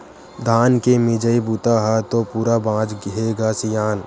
धान के मिजई बूता ह तो पूरा बाचे हे ग सियान